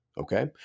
Okay